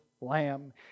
lamb